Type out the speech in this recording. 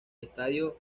estadio